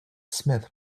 smith